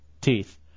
teeth